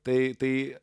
tai tai